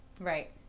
Right